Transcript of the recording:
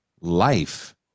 Life